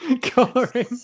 Coloring